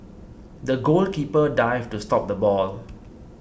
the goalkeeper dived to stop the ball